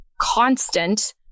constant